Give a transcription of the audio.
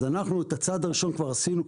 אז אנחנו את הצעד הראשון כבר עשינו.